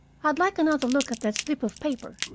i'd like another look at that slip of paper,